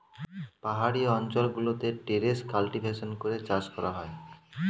পাহাড়ি অঞ্চল গুলোতে টেরেস কাল্টিভেশন করে চাষ করা হয়